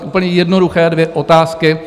Úplně jednoduché dvě otázky.